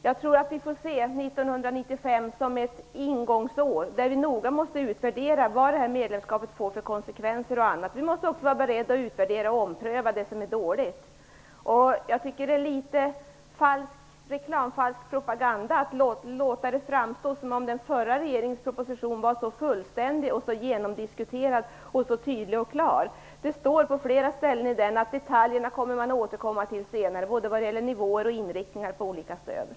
Jag tror att vi får se 1995 som ett ingångsår, då vi noga måste utvärdera vad medlemskapet får för konsekvenser. Vi måste också vara beredda att utvärdera och ompröva det som är dåligt. Det är litet falsk reklam, litet falsk propaganda, att låta det framstå som om den förra regeringens proposition var så fullständig, så genomdiskuterad, tydlig och klar. Det står på flera ställen i den att man, både vad gäller nivåer och inriktning på olika stöd, kommer att återkomma till detaljerna senare.